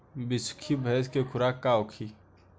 बिसुखी भैंस के खुराक का होखे?